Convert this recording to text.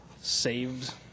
saved